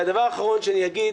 הדבר האחרון שאני אגיד